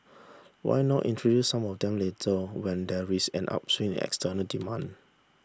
why not introduce some of them later when there is an upswing external demand